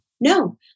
no